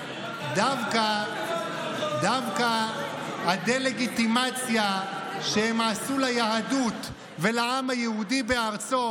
אבל דווקא הדה-לגיטימציה שהם עשו ליהדות ולעם היהודי בארצו,